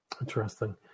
Interesting